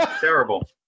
terrible